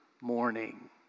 morning